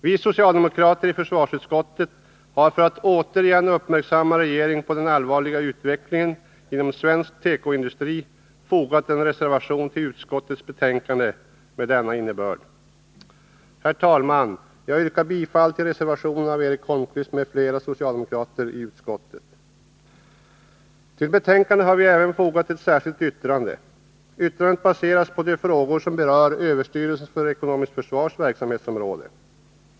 Vi socialdemokrater i försvarsutskottet har, för att återigen uppmärksamma regeringen på den allvarliga utvecklingen inom svensk tekoindustri, fogat en reservation vid utskottets betänkande med denna innebörd. Herr talman! Jag yrkar bifall till reservationen av Eric Holmqvist m.fl. socialdemokrater i utskottet. Vid betänkandet har vi även fogat ett särskilt yttrande. Yttrandet baseras på de frågor som berör överstyrelsens för ekonomiskt försvar verksamhetsområde.